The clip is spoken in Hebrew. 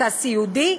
אתה סיעודי?